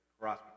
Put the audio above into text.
cross